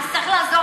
אז צריך לעזור